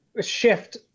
shift